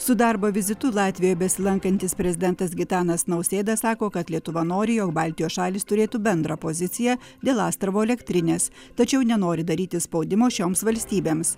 su darbo vizitu latvijoj besilankantis prezidentas gitanas nausėda sako kad lietuva nori jog baltijos šalys turėtų bendrą poziciją dėl astravo elektrinės tačiau nenori daryti spaudimo šioms valstybėms